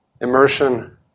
immersion